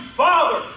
father